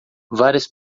várias